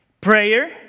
Prayer